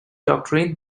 doctrine